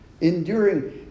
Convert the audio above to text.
enduring